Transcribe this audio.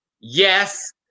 Yes